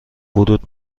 ورود